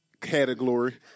category